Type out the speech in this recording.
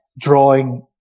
drawing